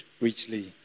richly